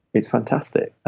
it's fantastic.